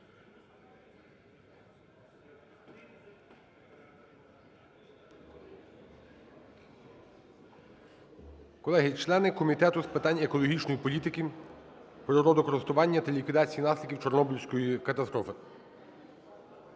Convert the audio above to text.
Колеги члени Комітету з питань екологічної політики, природокористування та ліквідації наслідків Чорнобильської катастрофи!